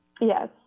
Yes